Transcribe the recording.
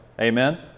amen